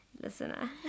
Listener